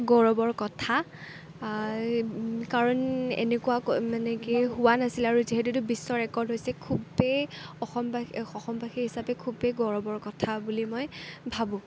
গৌৰৱৰ কথা কাৰণ এনেকুৱা মানে কি হোৱা নাছিলে আৰু যিহেতু এইটো বিশ্বৰেকৰ্ড হৈছে খুবেই অসমবাসী হিচাপে খুবেই গৌৰৱৰ কথা বুলি মই ভাবোঁ